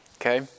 Okay